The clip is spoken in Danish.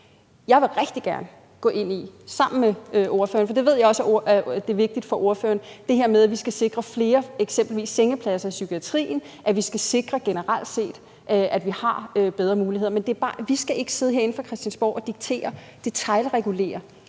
Jeg vil rigtig gerne sammen med ordføreren – for det ved jeg også er vigtigt for ordføreren – gå ind i det her med, at vi eksempelvis skal sikre flere sengepladser i psykiatrien, at vi generelt set skal sikre, at vi har bedre muligheder. Men vi skal ikke sidde herinde på Christiansborg og diktere og detailregulere,